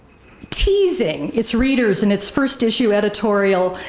teasing its readers in its first issue editorial,